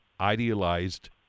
idealized